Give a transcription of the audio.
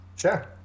Sure